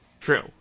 True